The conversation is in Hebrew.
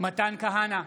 מתן כהנא,